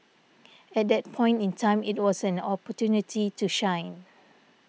at that point in time it was an opportunity to shine